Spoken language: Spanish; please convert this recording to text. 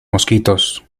mosquitos